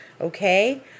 okay